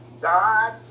God